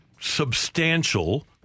substantial